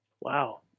Wow